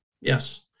yes